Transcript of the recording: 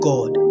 God